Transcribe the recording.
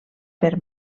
per